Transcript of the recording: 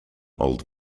old